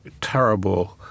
terrible